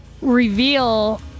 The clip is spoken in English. reveal